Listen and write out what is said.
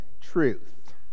truth